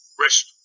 rest